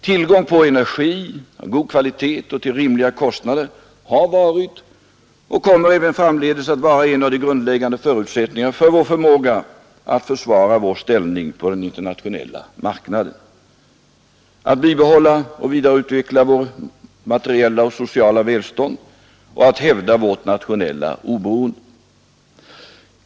Tillgång på energi av god kvalitet och till rimliga kostnader har varit och kommer även framdeles att vara en av de grundläggande förutsättningarna för vår förmåga att försvara vår ställning på den internationella marknaden, att bibehålla och vidareutveckla vårt materiella och sociala välstånd och att hävda vårt nationella oberoende.